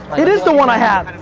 it is the one i have.